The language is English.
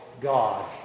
God